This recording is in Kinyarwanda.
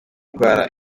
indwara